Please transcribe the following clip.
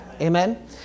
Amen